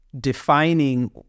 defining